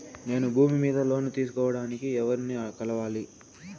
నేను భూమి మీద లోను తీసుకోడానికి ఎవర్ని కలవాలి?